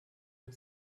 had